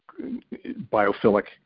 biophilic